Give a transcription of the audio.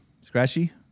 scratchy